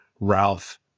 Ralph